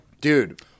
Dude